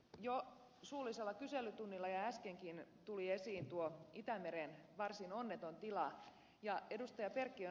jo suullisella kyselytunnilla ja äskenkin tuli esiin tuo itämeren varsin onneton tila ja ed